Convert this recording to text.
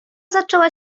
zaczęła